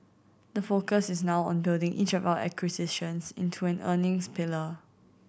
the focus is now on building each of our acquisitions into an earnings pillar